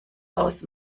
aus